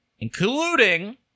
Including